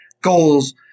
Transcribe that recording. Goals